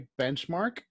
benchmark